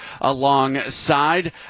alongside